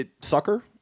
Sucker